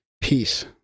Peace